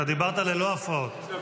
אתה דיברת ללא הפרעות.